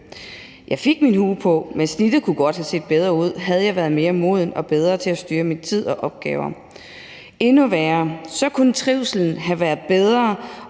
Jeg fik min hue på, men snittet kunne godt have set bedre ud, havde jeg været mere moden og bedre til at styre min tid og opgaverne. Endnu værre er det, at trivslen kunne have været bedre,